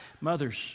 Mothers